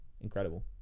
Incredible